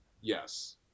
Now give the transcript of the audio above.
Yes